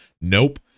Nope